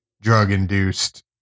drug-induced